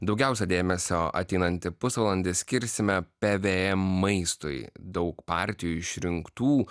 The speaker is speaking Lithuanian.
daugiausia dėmesio ateinantį pusvalandį skirsime pvm maistui daug partijų išrinktų